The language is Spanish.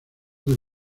del